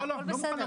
בעז, סיים.